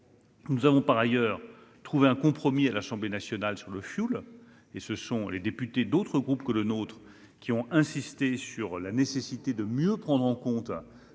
Nous avons par ailleurs trouvé un compromis à l'Assemblée nationale sur le fioul. Des députés d'autres groupes que le nôtre ont insisté sur la nécessité de mieux prendre en compte le coût supporté